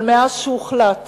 אבל מאז הוחלט